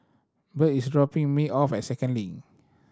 Birt is dropping me off at Second Link